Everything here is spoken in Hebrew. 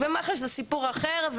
ומח"ש זה סיפור אחר,